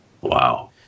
Wow